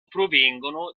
provengono